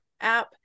app